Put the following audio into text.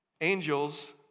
Angels